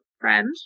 friend